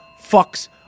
fucks